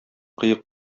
кыек